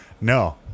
No